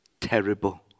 terrible